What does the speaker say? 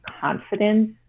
confidence